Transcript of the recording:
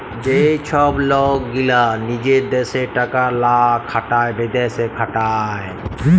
যে ছব লক গীলা লিজের দ্যাশে টাকা লা খাটায় বিদ্যাশে খাটায়